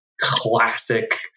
classic